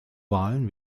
wahlen